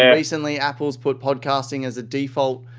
yeah recently, apple's put podcasting as a default